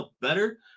better